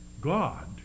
God